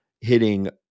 hitting